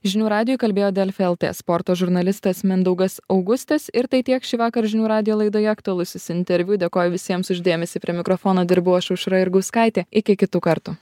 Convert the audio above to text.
žinių radijui kalbėjo delfi lt sporto žurnalistas mindaugas augustas ir tai tiek šįvakar žinių radijo laidoje aktualusis interviu dėkoju visiems už dėmesį prie mikrofono dirbau aš aušra jurgauskaitė iki kitų kartų